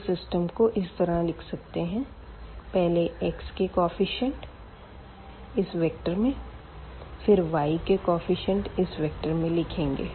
इस सिस्टम को इस तरह लिख सकते है पहले x के केफीसिएंट इस वेक्टर में फिर y के केफीसिएंट इस वेक्टर में लिखेंगे